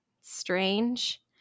Strange